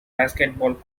basketball